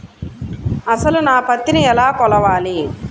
అసలు నా పత్తిని ఎలా కొలవాలి?